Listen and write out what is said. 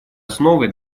основой